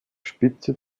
spitze